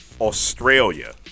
Australia